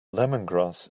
lemongrass